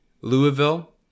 Louisville